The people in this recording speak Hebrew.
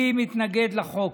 אני מתנגד לחוק,